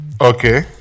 Okay